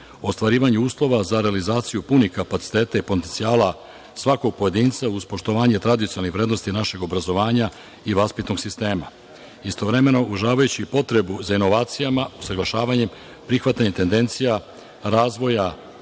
ostvarivanju uslova za realizaciju punih kapaciteta i potencijala svakog pojedinca, uz poštovanje tradicionalnih vrednosti našeg obrazovanja i vaspitnog sistema, istovremeno uvažavajući potrebu za inovacijama, usaglašavanjem, prihvatanjem tendencija razvoja